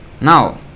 Now